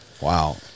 Wow